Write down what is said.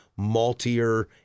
maltier